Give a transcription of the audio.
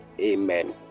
Amen